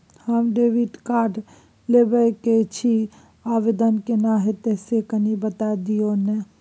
हम debit card लेब के छि, आवेदन केना होतै से कनी बता दिय न?